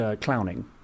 clowning